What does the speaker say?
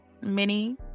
mini